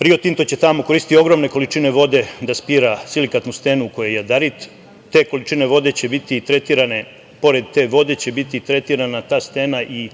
„Rio Tinto“ će tamo koristiti ogromne količine vode da spira silikatnu stenu koja je Jadarit, te količine vode će biti tretirane pored te vode će biti tretirana ta stena i